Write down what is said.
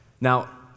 Now